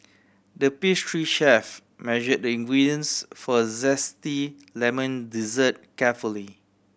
the pastry chef measured the ingredients for zesty lemon dessert carefully